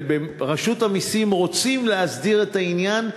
ברשות המסים רוצים להסדיר את העניין.